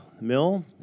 mill